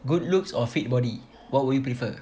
good looks or fit body what would you prefer